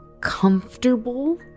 comfortable